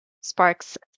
sparks